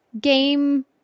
game